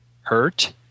Hurt